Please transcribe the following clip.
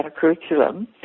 curriculum